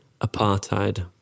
apartheid